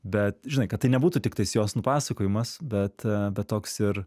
bet žinai kad tai nebūtų tiktais jos nupasakojimas bet toks ir